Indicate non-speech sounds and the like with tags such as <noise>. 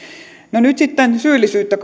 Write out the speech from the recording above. no nyt sitten syyllisyyttä <unintelligible>